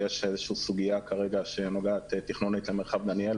יש סוגיה כרגע שנוגעת תכנונית למרחב דניאל,